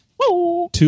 two